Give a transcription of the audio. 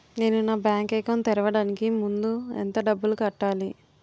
నేను నా bank account తెరవడానికి ముందు ఎంత డబ్బులు కట్టాలి?